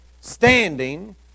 standing